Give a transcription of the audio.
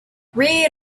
read